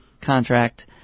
contract